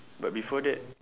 but before that